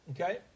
Okay